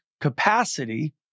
capacity